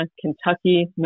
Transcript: Kentucky